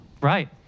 Right